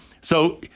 So-